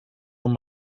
your